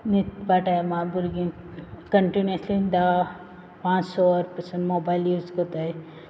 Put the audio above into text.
न्हिदपा टायमा भुरगीं कन्टीन्युअसली धा पांच सो वोर पासून मोबायल यूज कोताय